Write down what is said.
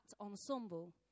ensemble